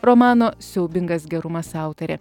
romano siaubingas gerumas autorė